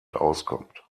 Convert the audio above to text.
auskommt